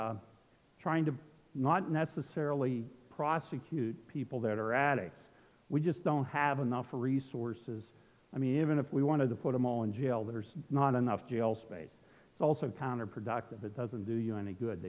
trying to not necessarily prosecute people that are addicts we just don't have enough resources i mean even if we want to put them all in jail there's not enough jail space it's also counterproductive it doesn't do you any good